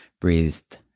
breathed